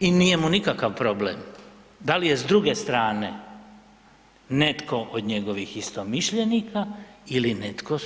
I nije mu nikakav problem da li je s druge strane netko od njegovih istomišljenika ili netko